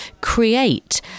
create